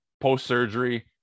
post-surgery